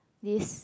this